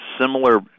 similar